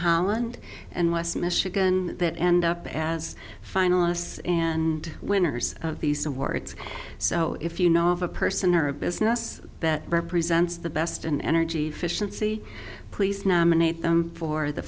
holland and west michigan that end up as finalists and winners of these awards so if you know of a person or a business that represents the best in energy efficiency please nominate them for the